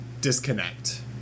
disconnect